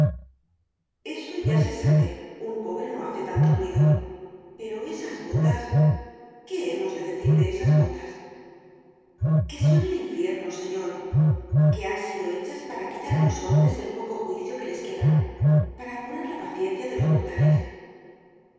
eso ya se sabe un pobre no hace tanto ruido pero esas botas qué hemos de decir de esas botas que son el infierno señor que han sido hechas para quitar á los hombres el poco juicio que les queda para apurar la paciencia de los mortales